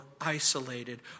isolated